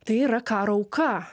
tai yra karo auka